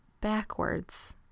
backwards